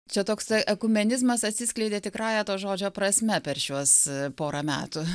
čia toks ekumenizmas atsiskleidė tikrąja to žodžio prasme per šiuos porą metų